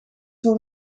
voor